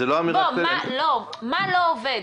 מה לא עובד?